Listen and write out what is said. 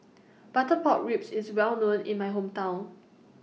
Butter Pork Ribs IS Well known in My Hometown